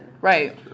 Right